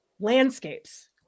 Landscapes